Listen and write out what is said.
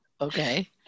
okay